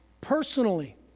personally